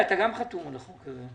מיקי, אתה גם חתום על החוק הזה.